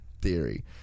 theory